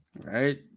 right